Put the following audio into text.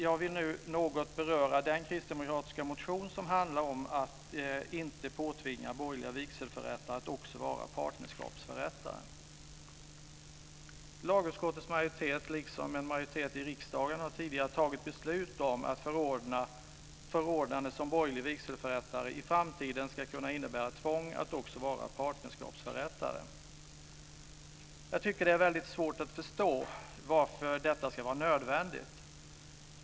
Jag vill nu något beröra den kristdemokratiska motion som handlar om att inte påtvinga borgerliga vigselförrättare att också vara partnerskapsförrättare. Lagutskottets majoritet har liksom en majoritet i riksdagen tidigare fattat beslut om att förordnandet som borgerlig vigselförrättare i framtiden ska kunna innebära tvång att också vara partnerskapsförrättare. Jag tycker att det är väldigt svårt att förstå varför detta ska vara nödvändigt.